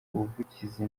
ubuvugizi